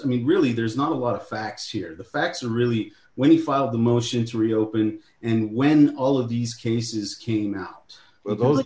i mean really there's not a lot of facts here the facts really when we filed the motion to reopen d and when all of these cases came out of all the